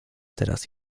teraz